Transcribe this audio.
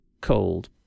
cold